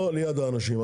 לא ליד האנשים,